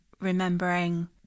remembering